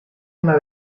una